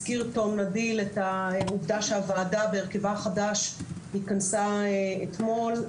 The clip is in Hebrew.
הזכיר תום נדיל את העובדה שהוועדה בהרכבה החדש נתכנסה אתמול,